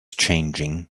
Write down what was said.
changing